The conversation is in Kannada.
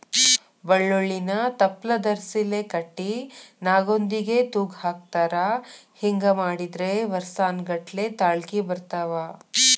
ಬಳ್ಳೋಳ್ಳಿನ ತಪ್ಲದರ್ಸಿಲೆ ಕಟ್ಟಿ ನಾಗೊಂದಿಗೆ ತೂಗಹಾಕತಾರ ಹಿಂಗ ಮಾಡಿದ್ರ ವರ್ಸಾನಗಟ್ಲೆ ತಾಳ್ಕಿ ಬರ್ತಾವ